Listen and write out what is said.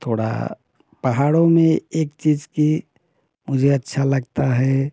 थोड़ा पहाड़ों में एक चीज़ की मुझे अच्छा लगता है